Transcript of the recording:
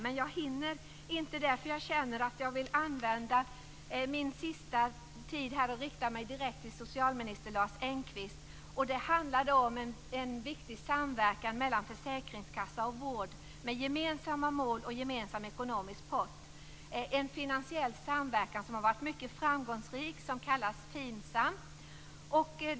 Men jag hinner inte det, för jag känner att jag vill använda min återstående tid till att rikta mig direkt till socialminister Lars Engqvist. Det handlar om en viktig samverkan mellan försäkringskassa och vård med gemensamma mål och en gemensam ekonomisk pott. Det är en finansiell samverkan som har varit mycket framgångsrik som kallas FINSAM.